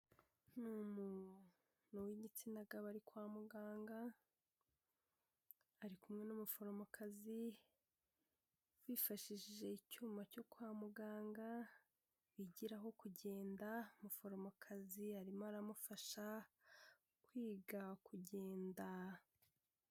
Umuntu w'igitsina gabo ari ari kwa muganga ari kumwe n'umuforomokazi yifashishije icyuma cyo kwa muganga bigira aho kugenda umuforomokazi yarimo aramufasha kwiga kugenda.